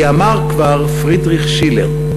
כי אמר כבר פרידריך שילר: